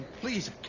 Please